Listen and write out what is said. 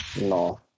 no